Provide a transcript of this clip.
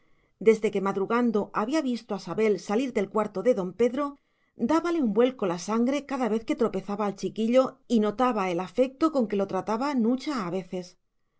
desde que madrugando había visto a sabel salir del cuarto de don pedro dábale un vuelco la sangre cada vez que tropezaba al chiquillo y notaba el afecto con que lo trataba nucha a veces